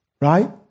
right